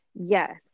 Yes